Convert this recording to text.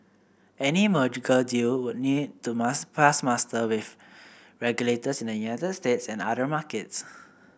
any merger deal would need to mass pass muster with regulators in the United States and other markets